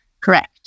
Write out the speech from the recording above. Correct